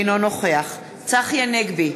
אינו נוכח צחי הנגבי,